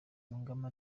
yungamo